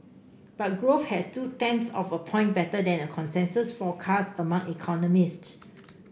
but growth has two tenths of a point better than a consensus forecast among economists